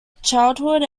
childhood